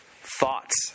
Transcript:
thoughts